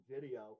video